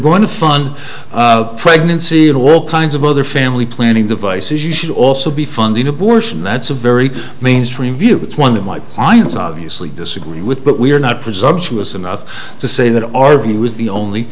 going to fund pregnancy and all kinds of other family planning devices you should also be funding abortion that's a very mainstream view that's one of my clients obviously disagree with but we're not presumptuous enough to say that our view is the only